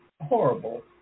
horrible